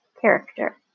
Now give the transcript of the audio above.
character